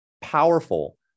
powerful